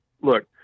Look